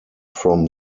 from